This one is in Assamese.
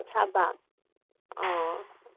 চাবা অঁ